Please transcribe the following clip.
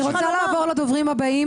אני רוצה לעבור לדוברים הבאים.